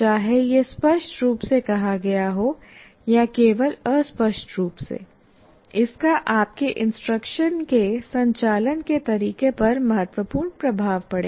चाहे यह स्पष्ट रूप से कहा गया हो या केवल अस्पष्ट रूप से इसका आपके इंस्ट्रक्शन के संचालन के तरीके पर महत्वपूर्ण प्रभाव पड़ेगा